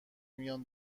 میان